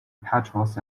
patrols